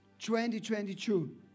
2022